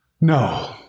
No